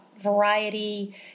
variety